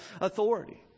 authority